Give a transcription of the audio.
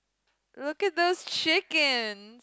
look at those chicken